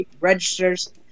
registers